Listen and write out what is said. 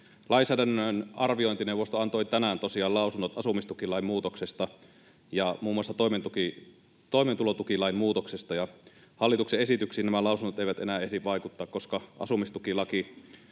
Lainsäädännön arviointineuvosto antoi tänään tosiaan lausunnot asumistukilain muutoksesta ja muun muassa toimeentulotukilain muutoksesta. Hallituksen esityksiin nämä lausunnot eivät enää ehdi vaikuttaa, koska asumistukilaki